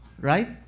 Right